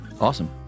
Awesome